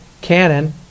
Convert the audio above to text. Canon